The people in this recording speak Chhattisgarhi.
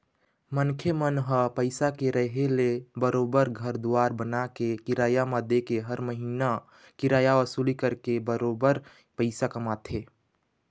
मनखे मन ह पइसा के रेहे ले बरोबर घर दुवार बनाके, किराया म देके हर महिना किराया वसूली करके बरोबर पइसा कमाथे